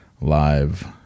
live